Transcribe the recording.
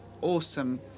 awesome